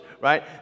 right